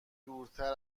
دورتر